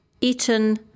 eaten